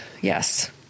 Yes